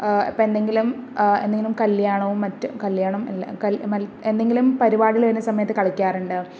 ഇപ്പോൾ എന്തെങ്കിലും എന്തെങ്കിലും കല്യാണവും മറ്റും കല്യാണം അല്ല എന്തെങ്കിലും പരിപാടികൾ വരുന്ന സമയത്ത് കളിക്കാറുണ്ട്